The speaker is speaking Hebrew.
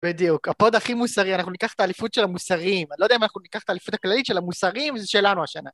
בדיוק, הפוד הכי מוסרי, אנחנו ניקח את האליפות של המוסרים. אני לא יודע מה אנחנו ניקח את האליפות הכללית, של המוסרים - זה שלנו השנה.